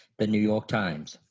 the new york times.